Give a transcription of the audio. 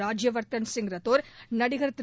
ராஜ்யவர்தன் ரத்தோர் நடிகர் திரு